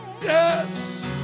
yes